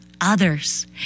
others